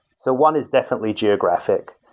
so one is definitely geographic.